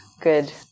good